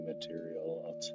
material